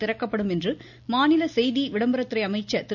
திறக்கப்படும் என்று மாநில செய்தி விளம்பரத்துறை அமைச்சர் திரு